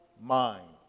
mind